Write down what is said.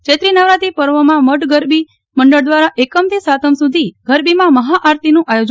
ચૈત્રી નવરાત્રિ પર્વમાં મા મઢ ગરબી મંડળ દ્વારા એકમથી સાતમ સુધી ગરબીમાં મહાઆરતીનું આયોજન થયું છે